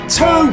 Two